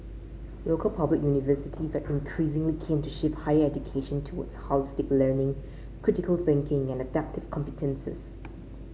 local public universities are increasingly keen to shift higher education towards holistic learning critical thinking and adaptive competences